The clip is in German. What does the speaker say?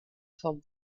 vom